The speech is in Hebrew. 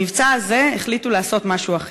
במבצע הזה החליטו לעשות משהו אחר: